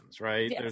right